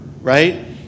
right